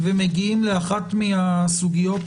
ומגיעים לאחת הסוגיות